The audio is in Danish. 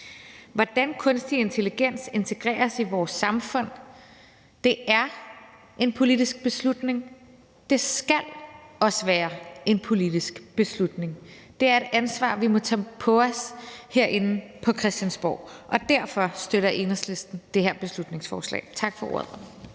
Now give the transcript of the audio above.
Hvordan kunstig intelligens integreres i vores samfund, er en politisk beslutning, og det skal også være en politisk beslutning. Det er et ansvar, vi må tage på os herinde på Christiansborg. Og derfor støtter Enhedslisten det her beslutningsforslag. Tak for ordet.